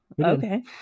okay